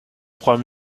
trois